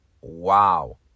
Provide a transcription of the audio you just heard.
wow